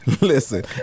listen